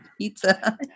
pizza